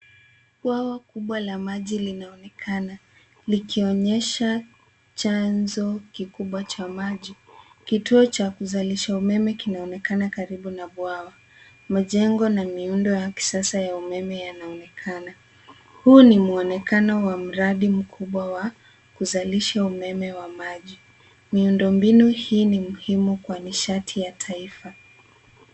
Bwawa kubwa la maji linaonekana likionyesha chanzo kikubwa cha maji. Kituo cha kuzalisha umeme kinaonekana karibu na bwawa, majengo na miundo ya kisasa yanaonekana. Huu ni mwonekano wa mradi mkubwa wa kuzalisha umeme wa maji. Miundombinu hii ni muhimu kwa nishati ya taifa.